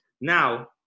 Now